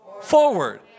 forward